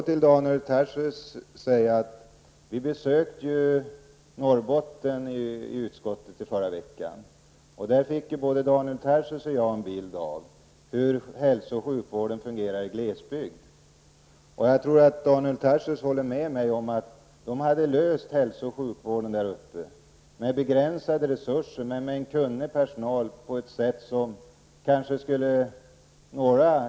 Till Daniel Tarschys vill jag säga att vi från utskottet besökte ju Norrbotten i förra veckan. Där fick både Daniel Tarschys och jag en bild av hur hälso och sjukvården fungerar i glesbygd. Jag tror att Daniel Tarschys håller med mig om att man där med begränsade resurser men med en kunnig personal hade löst hälso och sjukvårdsproblemen på ett sätt som storstäderna skulle kunna dra nytta av.